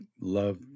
love